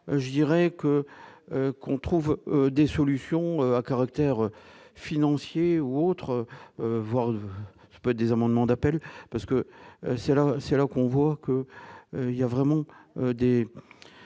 je dirais que, qu'on trouve des solutions à caractère financier ou autre voir peu des amendements d'appel parce que c'est là, c'est là qu'on voit que, il y a vraiment des